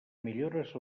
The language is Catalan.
millores